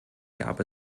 gab